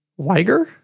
Weiger